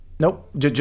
Nope